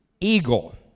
eagle